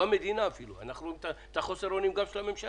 אפילו לא המדינה אנחנו רואים את חוסר האונים גם של הממשלה,